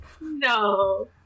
No